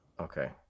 Okay